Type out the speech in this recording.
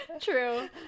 true